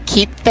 Keep